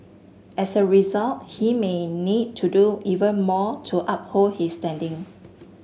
as a result he may need to do even more to uphold his standing